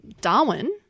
Darwin